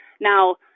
Now